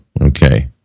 Okay